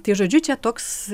tai žodžiu čia toks